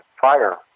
fire